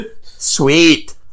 Sweet